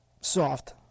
Soft